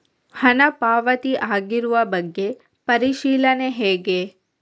ಹಣ ಪಾವತಿ ಆಗಿರುವ ಬಗ್ಗೆ ಪರಿಶೀಲನೆ ಹೇಗೆ?